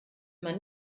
man